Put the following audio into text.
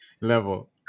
Level